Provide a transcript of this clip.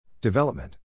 Development